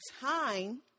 time